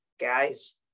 guys